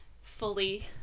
fully